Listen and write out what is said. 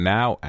Now